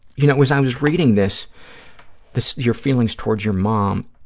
you know, as i was reading this this, your feelings towards your mom,